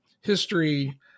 history